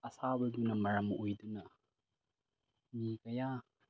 ꯑꯁꯥꯕꯗꯨꯅ ꯃꯔꯝ ꯑꯣꯏꯗꯨꯅ ꯃꯤ ꯀꯌꯥ